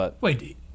Wait